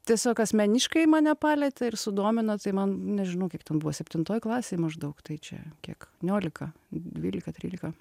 tiesiog asmeniškai mane palietė ir sudomino tai man nežinau kiek ten buvo septintoj klasėj maždaug tai čia kiek niolika dvylika trylika